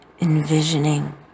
envisioning